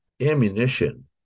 ammunition